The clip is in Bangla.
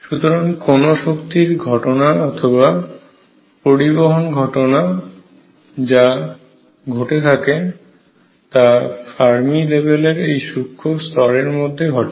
সুতরাং যে কোন শক্তির ঘটনা অথবা পরিবহন ঘটনা যা ঘটে থাকে তা ফার্মি লেভেলের এই সূক্ষ্ম স্তরের মধ্যে ঘটে